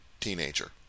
teenager